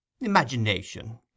Imagination